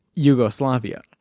Yugoslavia